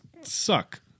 Suck